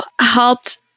helped